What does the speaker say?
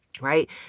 right